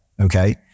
Okay